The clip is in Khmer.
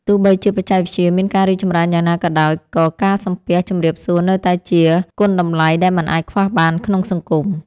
ទោះបីជាបច្ចេកវិទ្យាមានការរីកចម្រើនយ៉ាងណាក៏ដោយក៏ការសំពះជម្រាបសួរនៅតែជាគុណតម្លៃដែលមិនអាចខ្វះបានក្នុងសង្គម។